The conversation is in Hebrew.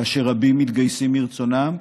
כאשר רבים מתגייסים מרצונם.